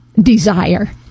desire